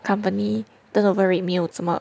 company turn over rate 没有这么